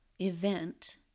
event